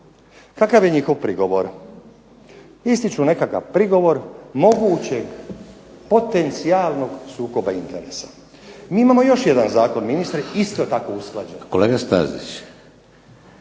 Kakav je njihov prigovor? Ističu nekakav prigovor mogućeg potencijalnog sukoba interesa. Mi imamo još jedan zakon isto tako usklađen. **Šeks, Vladimir